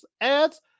ads